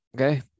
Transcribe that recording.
okay